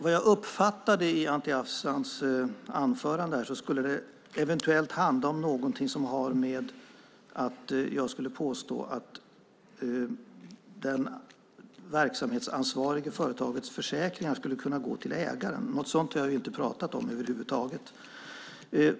Av Anti Avsans anförande uppfattade jag att det eventuellt skulle handla om någonting som har att göra med att jag skulle ha påstått att det verksamhetsansvariga företagets försäkringar skulle kunna gå till ägaren. Något sådant har jag över huvud taget inte pratat om.